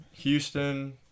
Houston